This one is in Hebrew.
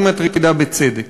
ומטרידה בצדק.